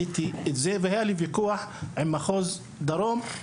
היה לי ויכוח ארוך שנים על כך עם מחוז דרום.